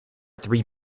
three